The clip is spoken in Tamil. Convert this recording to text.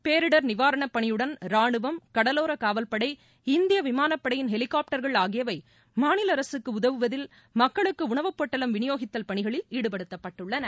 பேரிடர் நிவாரணப் பணியுடன் ரானுவம் கடலோர காவல்படை இந்திய விமானப்படையின் ஹெலிகாப்டர்கள் ஆகியவை மாநில அரசுக்கு உதவுதல் மக்களுக்கு உணவு பொட்டலம் விநியோகித்தல் பணிகளில் ஈடுபடுத்தப்பட்டுள்ளன